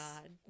god